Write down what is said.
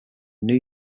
new